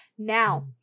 Now